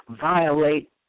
violate